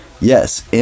yes